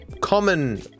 common